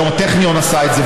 היום הטכניון עשה את זה,